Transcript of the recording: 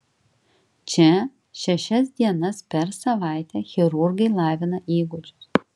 čia šešias dienas per savaitę chirurgai lavina įgūdžius